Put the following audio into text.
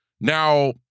Now